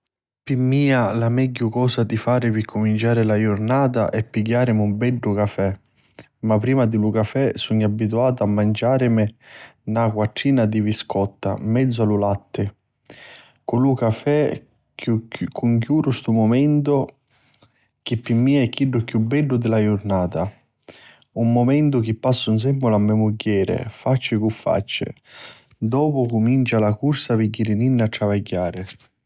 Pi mia la megghiu cosa di fari pi cuminciari la jurnata è pigghiàrimi un beddu cafè, ma prima di lu cafè sugnu abituatu a maciàrimi na quattrina di viscotta 'n menzu a lu latti. Cu lu cafè cunchiuru stu mumentu chi pi mia è chiddu chiù beddu di tutta la jurnata, un mumentu chi passu nsèmmula a me mugghieri, facci cu facci. Dopu cumincia la cursa pi jirininni a travagghiari.